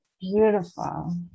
Beautiful